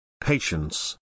Patience